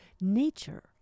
nature